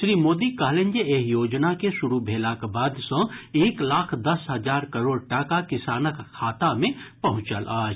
श्री मोदी कहलनि जे एहि योजना के शुरू भेलाक बाद सँ एक लाख दस हजार करोड़ टाका किसानक खाता मे पहुंचल अछि